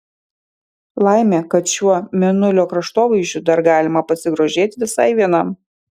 laimė kad šiuo mėnulio kraštovaizdžiu dar galima pasigrožėti visai vienam